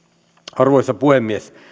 arvoisa puhemies